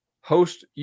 host